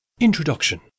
Introduction